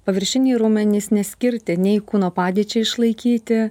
paviršiniai raumenys neskirti nei kūno padėčiai išlaikyti